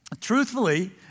truthfully